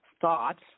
thoughts